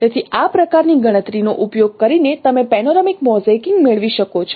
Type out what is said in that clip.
તેથી આ પ્રકારની ગણતરીનો ઉપયોગ કરીને તમે પેનોરેમિક મોઝેઇકિંગ મેળવી શકો છો